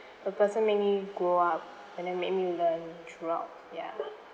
the person made me grow up and then made me learn throughout ya